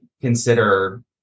consider